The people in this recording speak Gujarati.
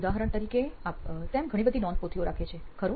ઉદાહરણ તરીકે આપ સેમ ઘણી બધી નોંધપોથીઓ રાખે છે ખરું